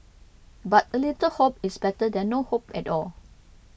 but a little hope is better than no hope at all